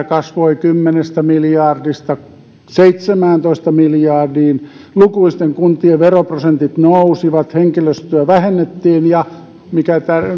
kasvoi kymmenestä miljardista seitsemääntoista miljardiin lukuisten kuntien veroprosentit nousivat henkilöstöä vähennettiin ja mikä